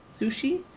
sushi